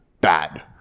bad